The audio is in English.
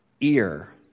ear